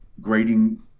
Grading